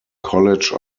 college